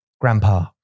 grandpa